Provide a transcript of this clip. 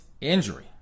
injury